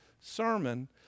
sermon